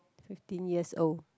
fifteen years old